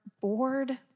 bored